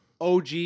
OG